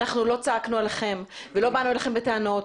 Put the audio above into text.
אנחנו לא צעקנו עליכם ולא באנו אליכם בטענות.